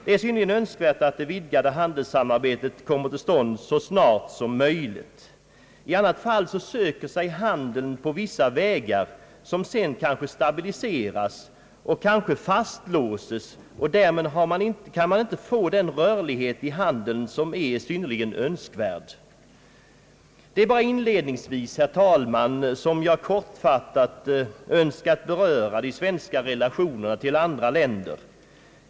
Det är synnerligen önskvärt att det vidgade handelssamarbetet kommer till stånd så snart som möjligt. I annat fall söker sig handeln vissa vägar, som sedan kanske stabiliseras och fastlåses, och därmed kan man inte få den rörlighet i handeln som är synnerligen önskvärd. Det är bara inledningsvis, herr talman, som jag kortfattat har önskat beröra de svenska relationerna till andra länder.